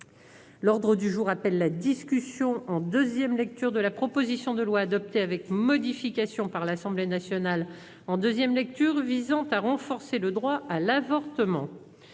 L'ordre du jour appelle la discussion en deuxième lecture de la proposition de loi, adoptée avec modifications par l'Assemblée nationale en deuxième lecture, visant à renforcer le droit à l'avortement